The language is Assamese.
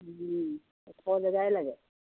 ওখ জেগাই লাগে